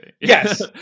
Yes